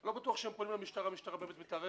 לא בטוח שהם פנו למשטרה, שהמשטרה מתערבת.